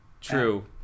true